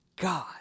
God